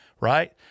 right